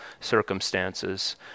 circumstances